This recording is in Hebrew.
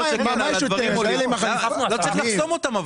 לא צריך לחסום אותם.